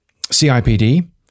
CIPD